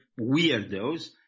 weirdos